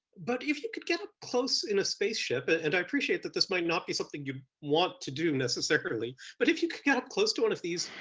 but if you could get up close in a spaceship, but and i appreciate that this might not be something you'd want to do necessarily, but if you could get up close to one of these,